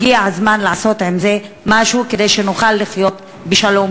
והגיע הזמן לעשות עם זה משהו כדי שנוכל לחיות בשלום,